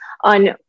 on